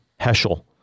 Heschel